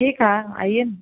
ठीक है आइए ना